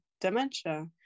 dementia